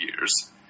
years